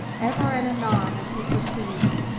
ever and anon, as he proceeds,